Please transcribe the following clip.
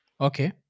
Okay